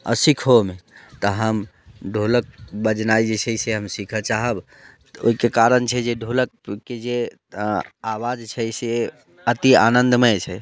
आ सीखहोमे तऽ हम ढ़ोलक बजेनाइ जे छै से हम सीखऽ चाहब तऽ ओहिके कारण छै जे ढ़ोलकके जे आवाज छै से अति आनन्दमय छै